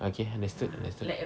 okay understood understood